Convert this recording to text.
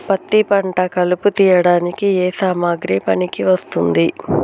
పత్తి పంట కలుపు తీయడానికి ఏ సామాగ్రి పనికి వస్తుంది?